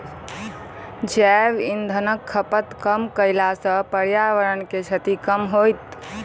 जैव इंधनक खपत कम कयला सॅ पर्यावरण के क्षति कम होयत